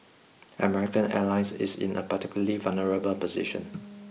American airlines is in a particularly vulnerable position